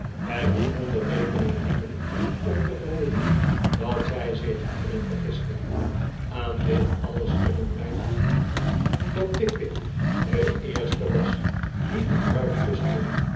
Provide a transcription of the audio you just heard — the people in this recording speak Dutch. wij gegronde redenen hebben om te vermoeden dat zij zich hierin vergiste aan dit alles kunnen wij nog toevoegen dat pickwick de eerste was die de bruid kuste